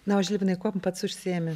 na o žilvinai kuom pats užsiimi